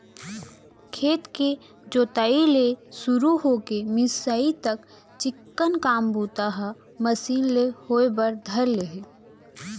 खेत के जोताई ले सुरू हो के मिंसाई तक चिक्कन काम बूता ह मसीन ले होय बर धर ले हे